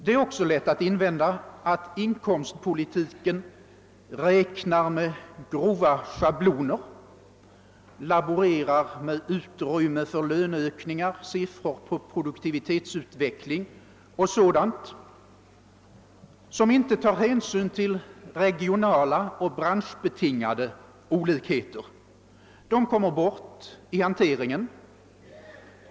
Det är också lätt att invända att inkomstpolitiken räknar med grova schabloner, labo rerar med utrymme för löneökningar, siffror för produktivitetsutveckling och sådant som inte tar hänsyn till regionala och branschbetingade olikheter. Dessa kommer bort i hanteringen.